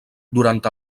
durant